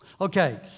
Okay